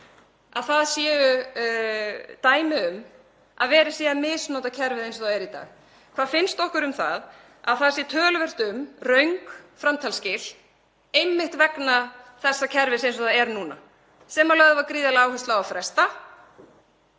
að það séu dæmi um að verið sé að misnota kerfið eins og það er í dag? Hvað finnst okkur um að það sé töluvert um röng framtalsskil einmitt vegna þessa kerfis eins og það er núna? Það var lögð gríðarleg áhersla á að fresta